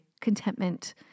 contentment